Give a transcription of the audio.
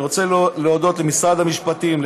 אני רוצה להודות למשרד המשפטים,